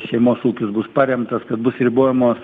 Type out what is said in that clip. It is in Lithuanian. šeimos ūkis bus paremtas kad bus ribojamos